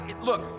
look